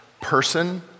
person